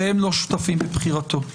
שהם לא שותפים לבחירתו.